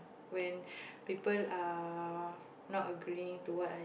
when people are not agreeing to what I